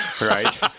right